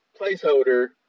placeholder